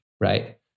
right